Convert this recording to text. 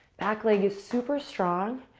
back leg is super strong.